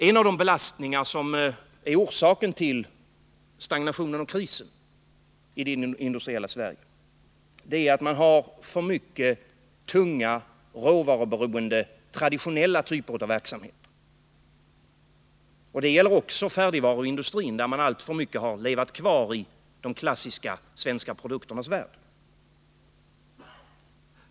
En av de belastningar som är orsaken till stagnationen och krisen i det industriella Sverige är att man har för mycket tunga råvaruberoende traditionella typer av verksamhet. Det gäller också färdigvaruindustrin, där man alltför mycket levat kvar i de klassiska svenska produkternas värld.